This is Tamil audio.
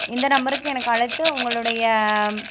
இந்த நம்பர்க்கு எனக்கு அழைத்து உங்களுடைய